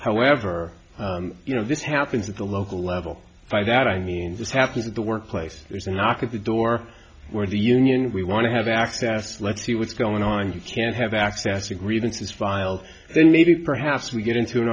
however you know this happens at the local level by that i mean just happens at the workplace there's a knock at the door where the union we want to have access let's see what's going on and you can have access to grievances filed then maybe perhaps we get into an